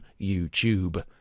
YouTube